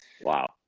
Wow